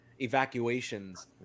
evacuations